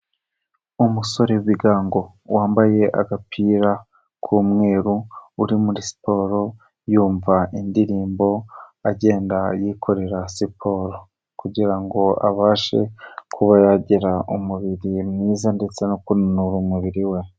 Umusore w'ibigango wambaye agapira k'umweru uri muri siporo yumva indirimbo agenda yikorera siporo kugira ngo abashe kuba yagira umubiri mwiza ndetse no kunanura umubiri we.